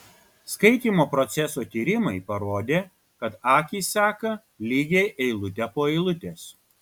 skaitymo proceso tyrimai parodė kad akys seka lygiai eilutę po eilutės